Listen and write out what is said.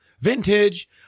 vintage